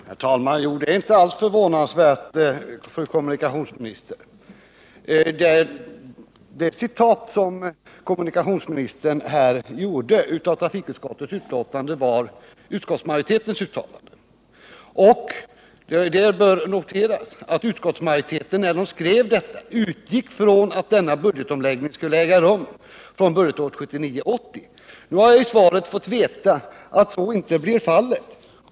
Herr talman! Det är inte alls förvånansvärt, fru kommunikationsminister. Det citat som kommunikationsministern här gjorde ur trafikutskottets betänkande var utskottsmajoritetens uttalande, och det bör noteras att utskottsmajoriteten, när den skrev detta, utgick från att denna budgetomläggning skulle äga rum från budgetåret 1979/80. Nu har jag i svaret fått veta att så inte blir fallet.